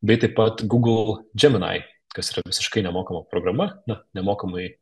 bei taip pat google džemenai kas yra visiškai nemokama programa na nemokamai